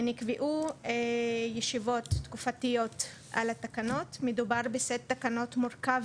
נקבעו ישיבות תקופתיות על התקנות מדובר בסט תקנות מורכב